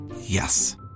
Yes